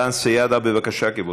דן סידה, בבקשה, כבודו.